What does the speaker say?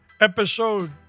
Episode